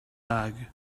bag